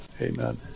Amen